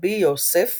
רבי יהוסף